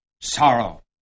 sorrow